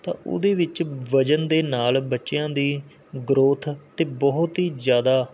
ਤਾਂ ਉਹਦੇ ਵਿੱਚ ਵਜਨ ਦੇ ਨਾਲ ਬੱਚਿਆਂ ਦੀ ਗਰੋਥ 'ਤੇ ਬਹੁਤ ਹੀ ਜ਼ਿਆਦਾ